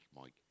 Mike